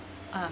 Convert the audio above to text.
uh